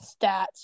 stats